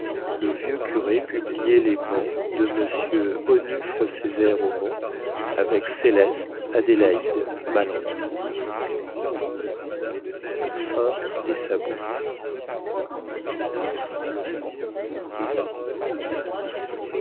le vieux curé publiait les bans de m onufre césaire omont avec céleste adélaïde malandain